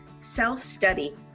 self-study